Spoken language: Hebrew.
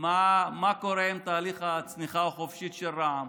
מה קורה עם תהליך הצניחה החופשית של רע"מ,